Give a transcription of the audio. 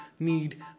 need